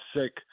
sick